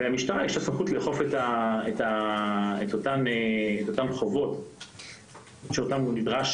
ולמשטרה יש סמכות לאכוף את אותן חובות שהוא נדרש